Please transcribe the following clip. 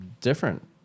different